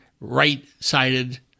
right-sided